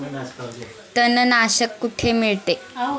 तणनाशक कुठे मिळते?